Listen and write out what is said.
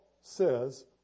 says